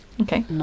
okay